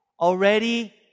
Already